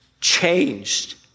changed